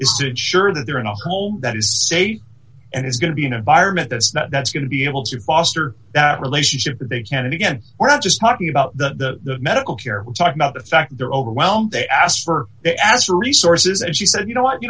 it sure that they're in a hole that is safe and it's going to be an environment that's that's going to be able to foster that relationship but they can and again we're not just talking about the medical care we're talking about the fact they're overwhelmed they asked for they asked for resources and she said you know what you